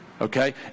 okay